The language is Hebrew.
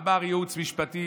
אמר: ייעוץ משפטי,